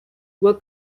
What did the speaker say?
were